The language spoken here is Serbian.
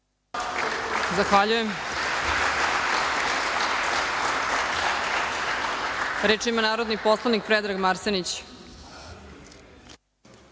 Zahvaljujem. Reč ima narodni poslanik Predrag Marsenić. Izvolite.